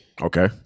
Okay